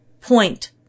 point